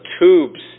tubes